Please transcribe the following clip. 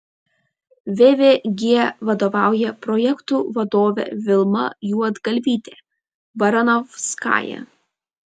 vvg vadovauja projektų vadovė vilma juodgalvytė baranovskaja